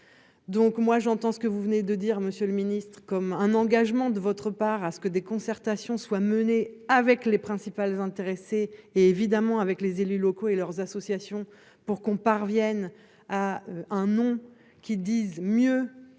Donc moi j'entends ce que vous venez de dire monsieur le Ministre, comme un engagement de votre part à ce que des concertations soient menées avec les principales intéressées, évidemment avec les élus locaux et leurs associations pour qu'on parvienne à un nom qui disent mieux.